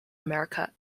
america